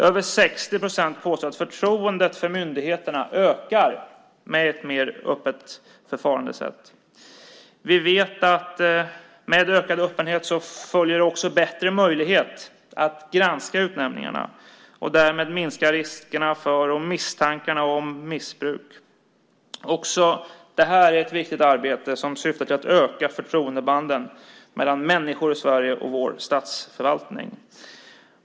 Över 60 procent påstår att förtroendet för myndigheterna ökar med ett öppnare förfaringssätt. Vi vet att med ökad öppenhet följer också bättre möjlighet att granska utnämningarna och därmed minska riskerna för och misstankarna om missbruk. Det är ett viktigt arbete som syftar till att öka förtroendet mellan människor i Sverige och vår statsförvaltning.